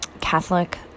catholic